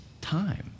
time